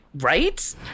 Right